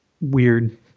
weird